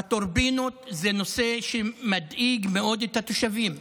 הטורבינות זה נושא שמדאיג מאוד את התושבים,